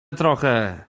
trochę